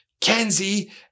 Kenzie